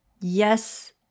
Yes